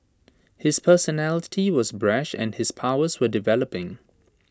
his personality was brash and his powers were developing